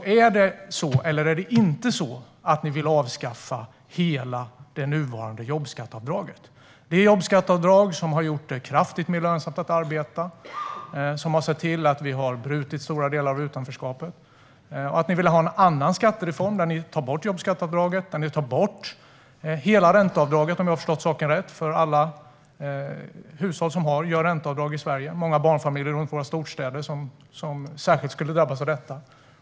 Är det så, eller är det inte så, Oscar Sjöstedt, att ni vill avskaffa hela det nuvarande jobbskatteavdraget? Avdraget har gjort det kraftigt mer lönsamt att arbeta och sett till att vi har brutit stora delar av utanförskapet. Ni vill ha en annan skattereform där ni tar bort jobbskatteavdraget och hela ränteavdraget, om jag har förstått saken rätt, för alla hushåll som gör ränteavdrag i Sverige. Det är många barnfamiljer, särskilt i storstäderna, som skulle drabbas av detta.